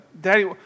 Daddy